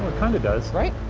kinda does. right?